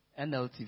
NLT